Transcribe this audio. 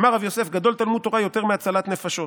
"אמר רב יוסף גדול תלמוד תורה יותר מהצלת נפשות".